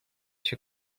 się